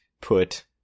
put